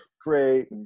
great